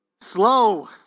Slow